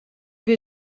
wir